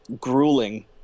grueling